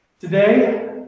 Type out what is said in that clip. Today